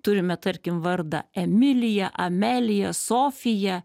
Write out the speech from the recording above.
turime tarkim vardą emilija amelija sofija